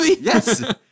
Yes